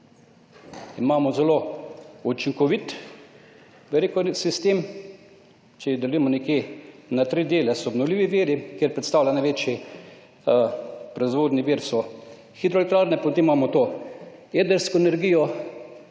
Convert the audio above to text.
Imamo zelo učinkovit bi rekel sistem, če jih delimo nekje na tri dele so obnovljivi viri, kjer predstavlja največji proizvodnji vir so hidroelektrarne, potem imamo to jedrsko energijo